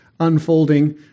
unfolding